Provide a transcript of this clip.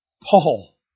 Paul